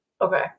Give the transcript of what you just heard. Okay